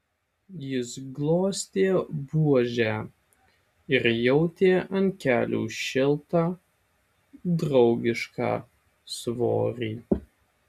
jis glostė buožę ir jautė ant kelių šiltą draugišką svorį